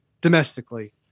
domestically